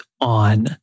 on